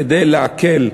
כדי להקל.